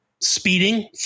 speeding